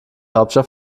hauptstadt